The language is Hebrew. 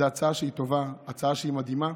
זו הצעה שהיא טובה, הצעה שהיא מדהימה.